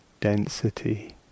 density